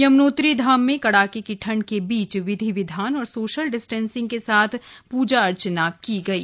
यमनोत्री धाम में कड़ाके ठंड के बीच विधि विधान और सोशल डिस्टेंस के साथ में पूजा अर्चना की गयी